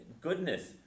goodness